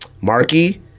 Marky